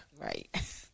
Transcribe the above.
Right